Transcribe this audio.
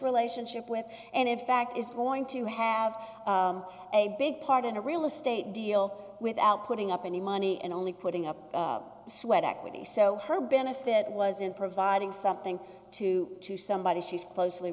relationship with and in fact is going to have a big part in a real estate deal without putting up any money and only putting up sweat equity so her benefit was in providing something to to somebody she's closely